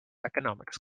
economics